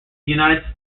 united